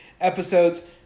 episodes